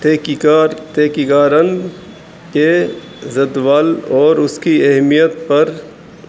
تیکییکار تیکیکارن کے زتول اور اس کی اہمیت پر